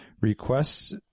requests